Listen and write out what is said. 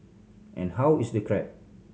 and how is the crab